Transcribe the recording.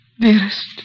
dearest